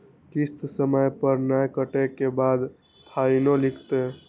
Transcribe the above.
किस्त समय पर नय कटै के बाद फाइनो लिखते?